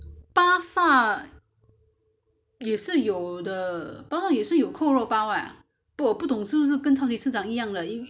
也是有的巴刹也是有扣肉包 [what] 不过我不懂是不是跟超级市场一样的 it it could be the same you know th~ the market [one] and the